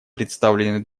представленный